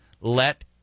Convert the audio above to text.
let